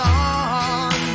on